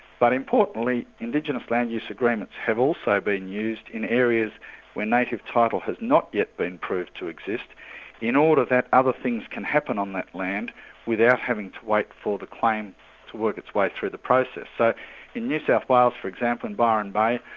but importantly, indigenous land use agreements have also been used in areas where native title has not yet been proved to exist in order that other things can happen on that land without having to wait for the claim to work its way through the process. so in new south wales for example, in byron bay,